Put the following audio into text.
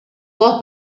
può